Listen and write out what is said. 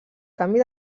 canvi